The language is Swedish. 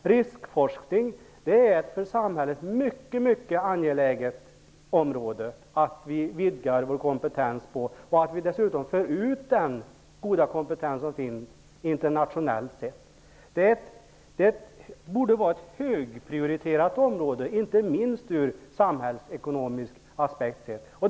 Det är mycket angeläget för samhället att vi vidgar vår kompetens om riskforskning. Dessutom skall den goda kompetens som finns internationellt sett föras ut. Det borde vara ett högprioriterat område, inte minst ur en samhällsekonomisk aspekt.